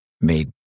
made